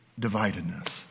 dividedness